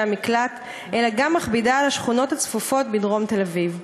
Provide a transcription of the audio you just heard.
המקלט אלא גם מכבידה על השכונות הצפופות בדרום תל-אביב.